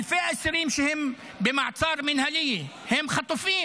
אלפי אסירים שהם במעצר מינהלי הם חטופים.